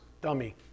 dummy